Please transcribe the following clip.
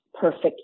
perfect